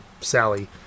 Sally